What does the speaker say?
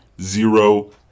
Zero